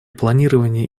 планировании